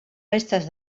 restes